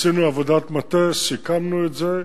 עשינו עבודת מטה, סיכמנו את זה.